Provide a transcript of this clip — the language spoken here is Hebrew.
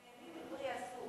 הם נהנים מפרי אסור.